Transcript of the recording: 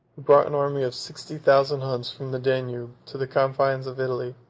brought an army of sixty thousand huns from the danube to the confines of italy,